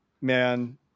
man